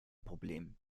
problem